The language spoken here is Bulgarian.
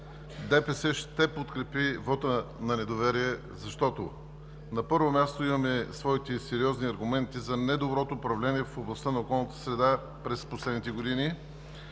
ДПС ще подкрепи вота на недоверие. Защото, на първо място, имаме своите сериозни аргументи за недоброто управление в областта на околната среда през последните години;